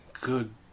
good